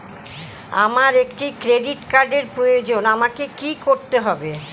আমার একটি ক্রেডিট কার্ডের প্রয়োজন আমাকে কি করতে হবে?